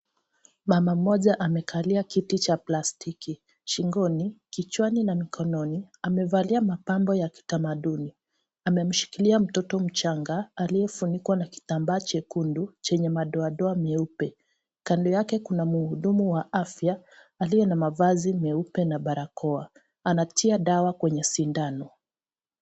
Mama mmoja amekalia kiti cha plastiki. Shingoni, kichwani na mikononi, amevalia mapambo ya kitamaduni. Amemshikilia mtoto mchanga aliyefunikwa na kitambaa chekundu chenye madoadoa meupe. Kando yake, kuna mhudumu wa afya aliye na mavazi meupe na barakoa, anatia dawa kwenye sindano.